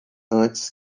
antes